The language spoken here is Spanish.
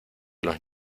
los